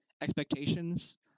expectations